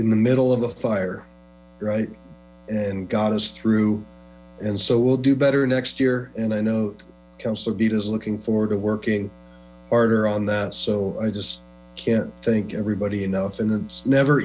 in the middle of a fire right and got us through and so we'll do better next year and i know councilor is looking forward to working harder on that so i just can't think everybody enough and it's never